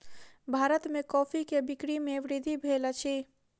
भारत में कॉफ़ी के बिक्री में वृद्धि भेल अछि